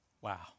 Wow